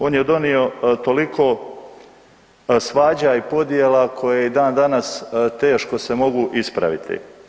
On je donio toliko svađa i podjela koje je i dandanas teško se mogu ispraviti.